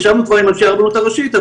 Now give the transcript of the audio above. ישבנו כבר עם אנשי הרבנות הראשית,